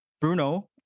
bruno